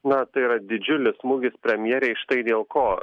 na tai yra didžiulis smūgis premjerei štai dėl ko